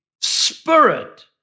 spirit